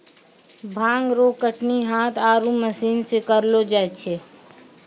भांग रो कटनी हाथ आरु मशीन से करलो जाय छै